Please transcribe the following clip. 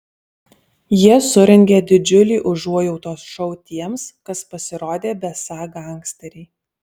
jie surengė didžiulį užuojautos šou tiems kas pasirodė besą gangsteriai